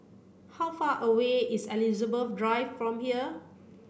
how far away is Elizabeth Drive from here